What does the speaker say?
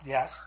Yes